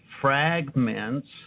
fragments